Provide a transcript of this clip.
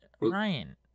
Ryan